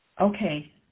Okay